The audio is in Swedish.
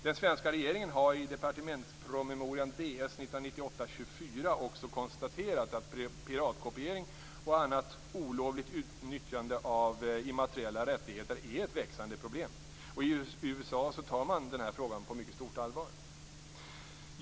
Den svenska regeringen har i departementspromemorian Ds 1998:24 också konstaterat att piratkopiering och annat olovligt utnyttjande av immateriella rättigheter är ett växande problem. I USA tar man frågan på stort allvar.